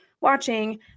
watching